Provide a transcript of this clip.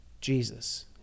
Jesus